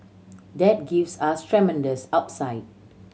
that gives us tremendous upside